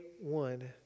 one